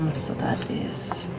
that is.